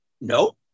no